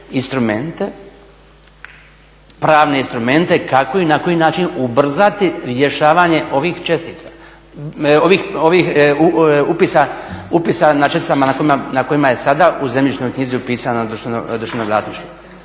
pravne instrumente kako i na koji način ubrzati rješavanje ovih upisa na česticama na kojima je sada u zemljišnoj knjizi upisano društveno vlasništvo.